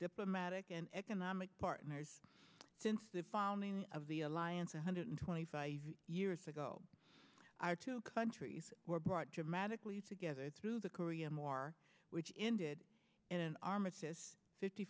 diplomatic and economic partners since the founding of the alliance one hundred twenty five years ago our two countries were brought dramatically together through the korea more which ended in an armistice fifty